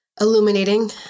illuminating